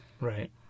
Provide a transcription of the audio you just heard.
Right